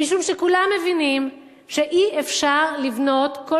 משום שכולם מבינים שאי-אפשר לבנות כל